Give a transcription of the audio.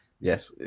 Yes